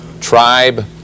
tribe